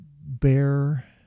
bear